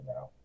now